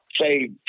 say